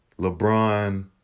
LeBron